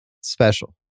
Special